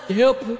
help